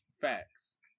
Facts